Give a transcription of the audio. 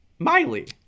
Miley